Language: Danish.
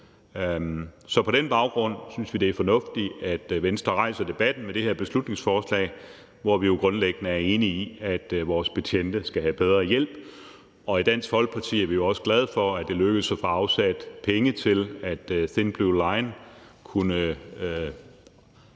Så på den baggrund synes vi, det er fornuftigt, at Venstre rejser debatten med det her beslutningsforslag. Vi er grundlæggende enige i, at vores betjente skal have bedre hjælp, og i Dansk Folkeparti er vi også glade for, at det lykkedes at få afsat penge til, at Thin Blue Line kunne